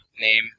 name